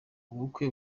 ubukwe